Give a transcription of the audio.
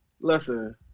Listen